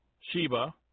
Sheba